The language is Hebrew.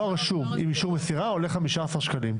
דואר רשום עם אישור מסירה עולה 15 שקלים.